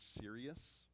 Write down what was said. serious